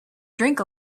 drink